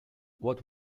what